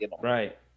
Right